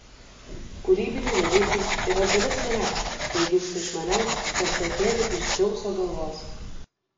kūrybiniai dalykai yra dalis manęs jie gimsta iš manęs tarsi atėnė iš dzeuso galvos